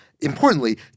importantly